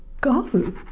go